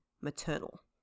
maternal